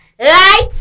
Right